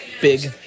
Big